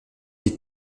des